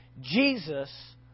Jesus